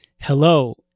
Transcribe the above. hello